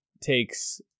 takes